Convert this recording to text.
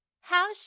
How